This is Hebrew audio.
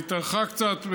היא התארכה קצת,